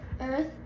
earth